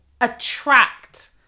Attract